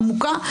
עמוקה,